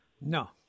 No